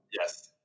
yes